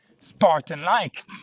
Spartan-like